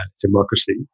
democracy